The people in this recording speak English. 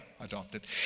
adopted